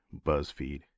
buzzfeed